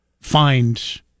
find